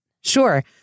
sure